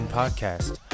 podcast